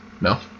No